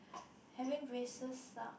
having braces suck